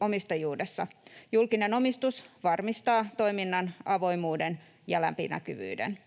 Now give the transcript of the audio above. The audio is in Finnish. omistajuudessa. Julkinen omistus varmistaa toiminnan avoimuuden ja läpinäkyvyyden.